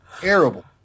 terrible